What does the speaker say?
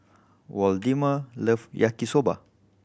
Waldemar love Yaki Soba